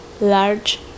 large